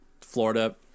Florida